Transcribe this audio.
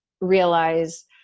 realize